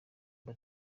mba